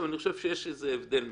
אבל אני חושב שיש הבדל מסוים.